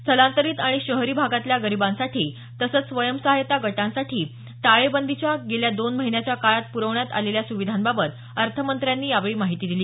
स्थलांतरित आणि शहरी भागातल्या गरीबांसाठी तसंच स्वयंसहायता गटांसाठी टाळेबंदीच्या गेल्या दोन महिन्याच्या काळात पुरवण्यात आलेल्या सुविधांबाबत अर्थमंत्र्यांनी यावेळी माहिती दिली